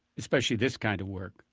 especially this kind of work.